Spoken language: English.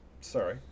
Sorry